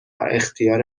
اختیار